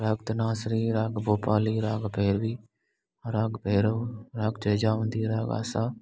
राग धनासरी राग भोपाली राग भैरवी राग भैरव राग जैजावंती राग आसा